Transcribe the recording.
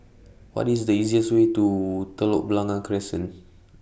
What IS The easiest Way to Telok Blangah Crescent